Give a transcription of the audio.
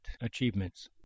achievements